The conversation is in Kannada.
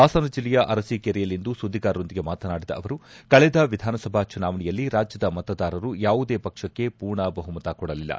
ಹಾಸನ ಜಿಲ್ಲೆಯ ಅರಸೀಕೆರೆಯಲ್ಲಿಂದು ಸುದ್ದಿಗಾರರೊಂದಿಗೆ ಮಾತನಾಡಿದ ಅವರು ಕಳೆದ ವಿಧಾನಸಭಾ ಚುನಾವಣೆಯಲ್ಲಿ ರಾಜ್ಯದ ಮತದಾರರು ಯಾವುದೇ ಪಕ್ಷಕ್ಕೆ ಪೂರ್ಣ ಬಹುಮತ ಕೊಡಲಿಲ್ಲ